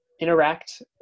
interact